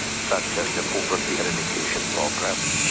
such as the poverty and eradication program,